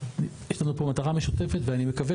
יש לנו פה מטרה משותפת ואני מקווה,